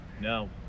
No